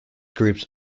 groups